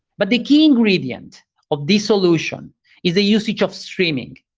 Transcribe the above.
but the key ingredient of this solution is the usage of streaming.